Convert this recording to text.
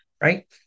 right